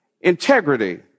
Integrity